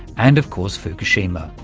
and of course fukushima.